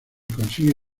consigue